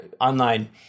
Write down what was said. online